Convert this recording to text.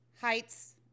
heights